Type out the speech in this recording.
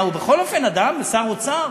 מה, הוא בכל אופן אדם, שר אוצר.